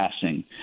passing